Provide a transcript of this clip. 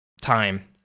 time